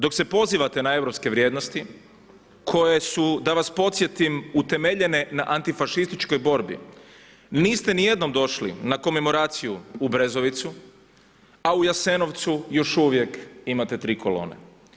Dok se pozivate na europske vrijednosti koje su, da vas podsjetim, utemeljene na antifašističkoj borbi, niste nijednom došli na komemoraciju u Brezovicu, a u Jasenovcu još uvijek imate tri kolone.